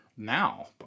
Now